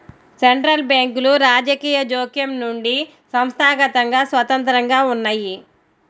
central బ్యాంకులు రాజకీయ జోక్యం నుండి సంస్థాగతంగా స్వతంత్రంగా ఉన్నయ్యి